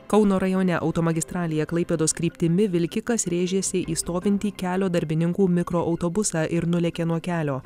kauno rajone automagistralėje klaipėdos kryptimi vilkikas rėžėsi į stovintį kelio darbininkų mikroautobusą ir nulėkė nuo kelio